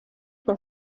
con